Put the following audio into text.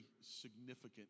significant